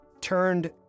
turned